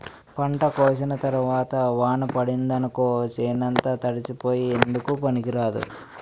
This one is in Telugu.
పంట కోసిన తరవాత వాన పడిందనుకో సేనంతా తడిసిపోయి ఎందుకూ పనికిరాదు